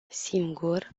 singur